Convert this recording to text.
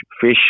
fish